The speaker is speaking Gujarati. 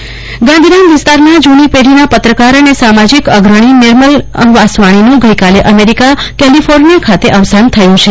કલ્પના શાહ અવસાન ગાંધીધામ વિસ્તારના જુની પેઢીના પત્રકાર અને સામાજિક અગ્રણો નિર્મલ વાસવાણીનં ગઈકાલે અમેરિકામાં કેલિફોર્નિયા ખાતે અવસાન થયુ છે